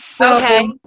Okay